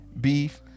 beef